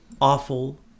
awful